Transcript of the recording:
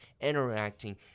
interacting